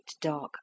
dark